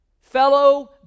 fellow